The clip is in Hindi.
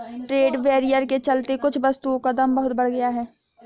ट्रेड बैरियर के चलते कुछ वस्तुओं का दाम बहुत बढ़ गया है